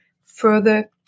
further